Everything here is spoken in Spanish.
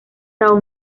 são